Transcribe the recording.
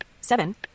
Seven